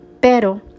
pero